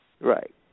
Right